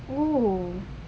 oh